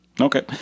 Okay